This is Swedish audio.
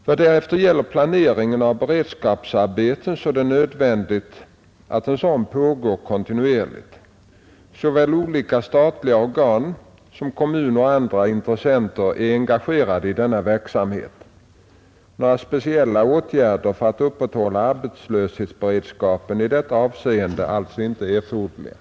Vad därefter gäller planeringen av beredskapsarbeten är det nödvändigt att en sådan pågår kontinuerligt. Såväl olika statliga organ som kommuner och andra intressenter är engagerade i denna verksamhet. Några speciella åtgärder för att upprätthålla arbetslöshetsberedskapen i detta avseende är alltså inte erforderliga.